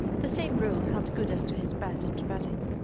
the same rule held good as to his bed and bedding,